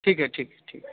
ठीक है ठीक है ठीक है